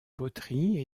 poteries